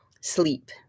sleep